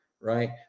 right